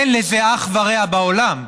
אין לזה אח ורע בעולם,